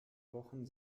wochen